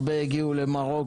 שהרבה מהם הגיעו למרוקו,